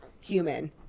human